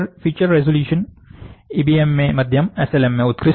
feature resolution EBM में मध्यमएसएलएम में उत्कृष्ट है